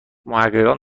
محققان